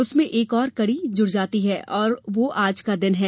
उसमें एक और कड़ी जुड़ जाती है और वह आज का दिन है